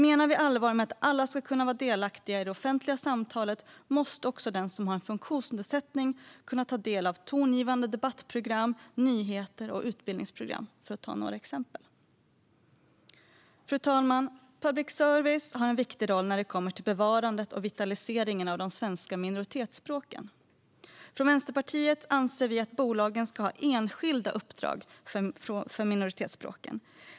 Menar vi allvar med att alla ska kunna vara delaktiga i det offentliga samtalet måste också den som har en funktionsnedsättning kunna ta del av exempelvis tongivande debattprogram, nyheter och utbildningsprogram. Fru talman! Public service har en viktig roll när det kommer till bevarande och vitaliseringen av de svenska minoritetsspråken. Vänsterpartiet anser att bolagen ska ha enskilda uppdrag för minoritetsspråken.